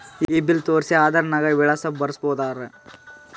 ಈ ಬಿಲ್ ತೋಸ್ರಿ ಆಧಾರ ನಾಗ ವಿಳಾಸ ಬರಸಬೋದರ?